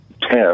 ten